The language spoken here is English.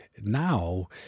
Now